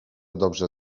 dobrze